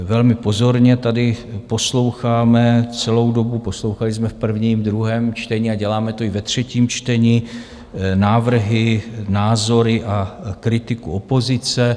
Velmi pozorně tady posloucháme celou dobu, poslouchali jsme v prvním, druhém čtení a děláme to i ve třetím čtení, návrhy, názory a kritiku opozice.